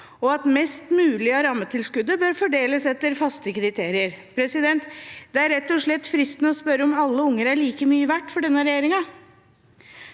og at mest mulig av rammetilskuddet bør fordeles etter faste kriterier. Det er rett og slett fristende å spørre om alle unger er like mye verdt for denne regjeringen.